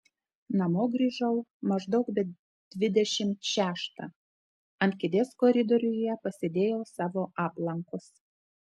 namo grįžau maždaug be dvidešimt šeštą ant kėdės koridoriuje pasidėjau savo aplankus